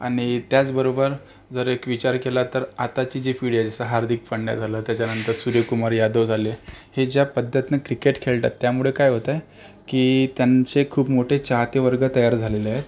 आणि त्याचबरोबर जर एक विचार केला तर आताची जी पिढी आहे जसं हार्दिक पांड्या झालं त्याच्यानंतर सूर्यकुमार यादव झाले हे ज्या पद्धतीने क्रिकेट खेळतात त्यामुळं काय होतं की त्यांचे खूप मोठे चाहतेवर्ग तयार झालेले आहेत